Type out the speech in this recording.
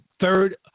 third